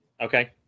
okay